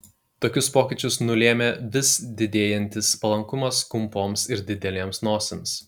tokius pokyčius nulėmė vis didėjantis palankumas kumpoms ir didelėms nosims